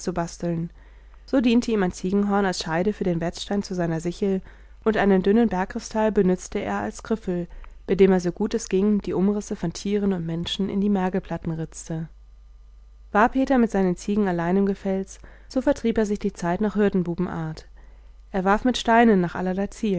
so diente ihm ein ziegenhorn als scheide für den wetzstein zu seiner sichel und einen dünnen bergkristall benützte er als griffel mit dem er so gut es ging die umrisse von tieren und menschen in die mergelplatten ritzte war peter mit seinen ziegen allein im gefels so vertrieb er sich die zeit nach hirtenbubenart er warf mit steinen nach